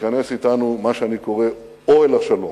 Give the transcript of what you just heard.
להיכנס אתנו למה שאני קורא "אוהל השלום",